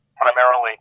Primarily